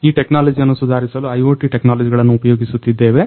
ಈ ಟೆಕ್ನಾಲಜಿಯನ್ನ ಸುಧಾರಿಸಲು IoT ಟೆಕ್ನಾಲಜಿಗಳನ್ನ ಉಪಯೋಗಿಸುತ್ತಿದ್ದೇವೆ